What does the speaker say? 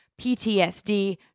PTSD